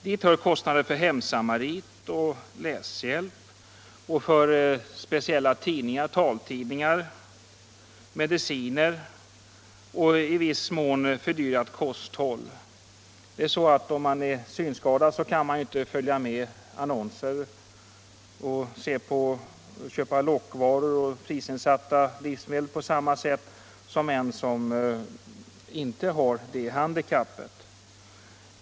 Dit hör kostnader för hemsamarit och läshjälp, för taltidningar, mediciner och i viss mån fördyrat kosthåll; om man är synskadad kan man inte följa med i annonser och köpa lockvaror och prisnedsatta livsmedel på samma sätt som de som inte har detta handikapp.